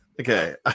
okay